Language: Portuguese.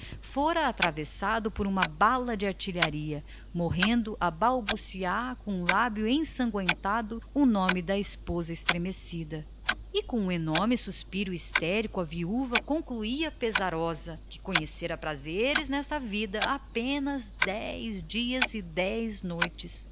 fora atravessado por uma bala de artilharia morrendo logo a balbuciar com o lábio ensangüentado o nome da esposa estremecida e com um suspiro feito de desejos mal satisfeitos a viúva concluía pesarosa que prazeres nesta vida conhecera apenas dez dias e dez noites